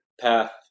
path